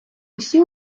усі